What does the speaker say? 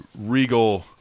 regal